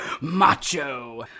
macho